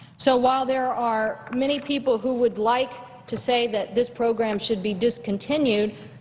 so while there are many people who would like to say that this program should be discontinued,